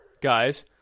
guys